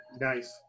Nice